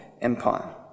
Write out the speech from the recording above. empire